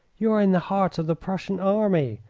you are in the heart of the prussian army.